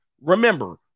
Remember